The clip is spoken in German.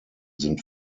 sind